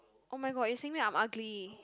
[oh]-my-god you're saying that I'm ugly